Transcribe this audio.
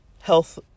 health